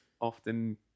often